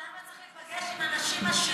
אבל למה צריך להיפגש עם אנשים עשירים בגלל שהם עשירים?